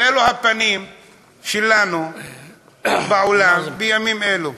ואלו הפנים שלנו בעולם בימים אלו.